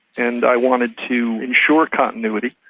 and i wanted to ensure continuity,